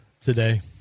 today